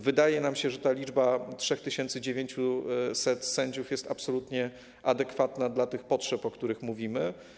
Wydaje nam się, że ta liczba 3900 sędziów jest absolutnie adekwatna do tych potrzeb, o których mówimy.